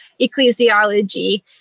ecclesiology